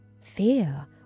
fear